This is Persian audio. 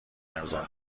ارزان